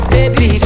Baby